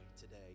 today